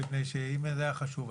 מפני שאם זה היה חשוב,